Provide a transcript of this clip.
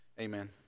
Amen